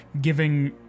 giving